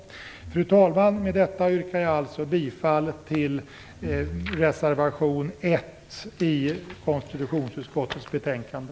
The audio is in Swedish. Fru talman! Med det anförda yrkar jag bifall till reservation 1 i konstitutionsutskottets betänkande.